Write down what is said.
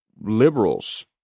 liberals